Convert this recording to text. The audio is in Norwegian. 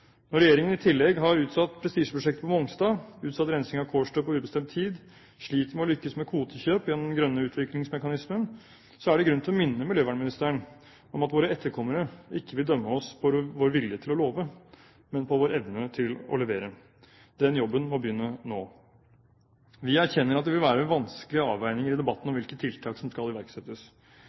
Når regjeringen i tillegg har utsatt prestisjeprosjektet på Mongstad, utsatt rensing på Kårstø på ubestemt tid og sliter med å lykkes med kvotekjøp gjennom den grønne utviklingsmekanismen, er det grunn til å minne miljøvernministeren om at våre etterkommere ikke vil dømme oss på vår vilje til å love, men på vår evne til å levere. Den jobben må begynne nå. Vi erkjenner at det vil være vanskelige avveininger i debatten om hvilke tiltak som skal iverksettes.